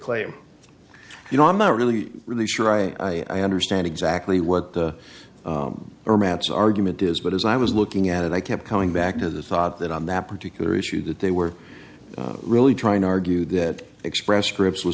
claim you know i'm not really really sure i understand exactly what the romance argument is but as i was looking at it i kept coming back to the thought that on that particular issue that they were really trying to argue that express scripts w